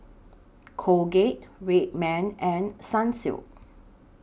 Colgate Red Man and Sunsilk